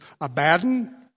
Abaddon